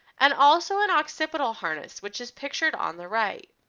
and also an occipital harness, which is pictured on the right.